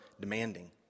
demanding